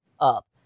up